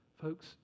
Folks